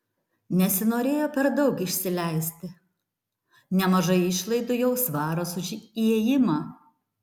nesinorėjo per daug išsileisti nemažai išlaidų jau svaras už įėjimą